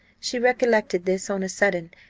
she recollected this on a sudden,